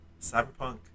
Cyberpunk